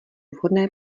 vhodné